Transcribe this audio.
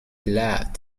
laughed